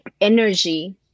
energy